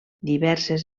diverses